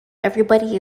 everybody